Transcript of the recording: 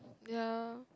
ya